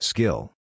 Skill